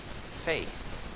faith